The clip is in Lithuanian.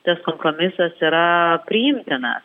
tas kompromisas yra priimtinas